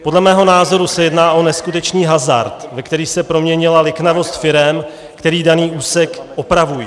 Podle mého názoru se jedná o neskutečný hazard, ve který se proměnila liknavost firem, které daný úsek opravují.